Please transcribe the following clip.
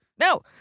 No